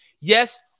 Yes